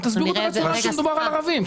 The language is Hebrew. תסבירו את הרציונל כאשר מדובר על ערבים.